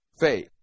faith